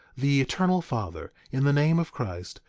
the eternal father, in the name of christ,